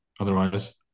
otherwise